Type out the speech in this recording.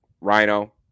Rhino